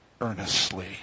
earnestly